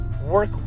work